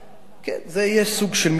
כן, זה יהיה סוג של מכלאה.